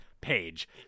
page